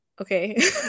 Okay